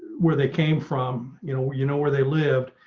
where they came from, you know, you know, where they lived.